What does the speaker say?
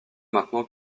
maintenant